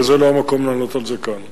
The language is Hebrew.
וזה לא המקום לענות על זה כאן.